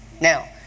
now